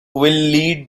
lead